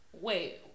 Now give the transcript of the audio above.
Wait